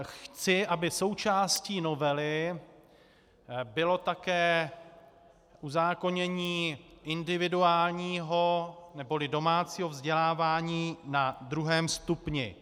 Chci, aby součástí novely bylo také uzákonění individuálního neboli domácího vzdělávání na druhém stupni.